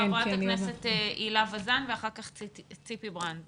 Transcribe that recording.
חברת הכנסת הילה שי וזאן ואחר כך ציפי ברנד.